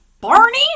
Barney